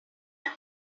made